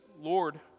Lord